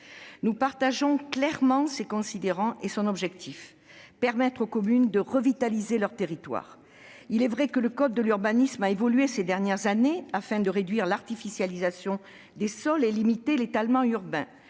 Nous partageons clairement ses considérants et son objectif : permettre aux communes de revitaliser leur territoire. Il est vrai que le code de l'urbanisme a évolué ces dernières années afin de réduire l'artificialisation des sols et de limiter l'étalement urbain.